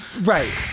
Right